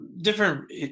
different